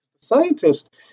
scientist